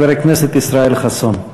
חבר הכנסת ישראל חסון.